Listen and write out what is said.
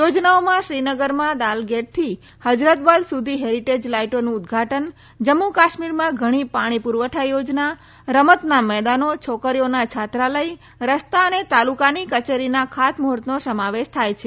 યોજનાઓમાં શ્રીનગરમાં દાલગેટથી હજરતબલ સુધી હેરીટેજ લાઈટોનું ઉદ્વાટન જમ્મુ કાશ્મીરમાં ધણી પાણી પુરવાઠા યોજના રમતના મેદાનો છોકરીઓના છાત્રાલય રસ્તા અને તાલુકાની કચેરીના ખાતમુર્ફતનો સમાવેશ થાય છે